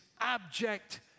abject